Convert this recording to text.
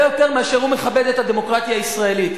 יותר מאשר הוא מכבד את הדמוקרטיה הישראלית.